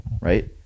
right